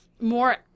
more